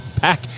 back